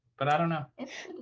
but i don't know. it's